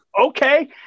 okay